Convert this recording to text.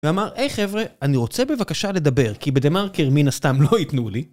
ואמר, היי חבר'ה, אני רוצה בבקשה לדבר, כי בדה - מרקר מן הסתם לא ייתנו לי.